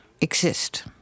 exist